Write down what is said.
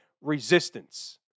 resistance